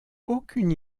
aucune